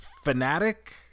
fanatic